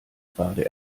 gerade